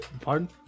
Pardon